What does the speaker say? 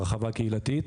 הקודמת.